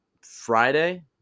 Friday